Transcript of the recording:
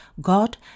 God